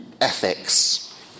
ethics